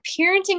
parenting